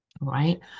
right